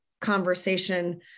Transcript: conversation